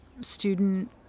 student